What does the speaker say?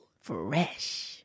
Fresh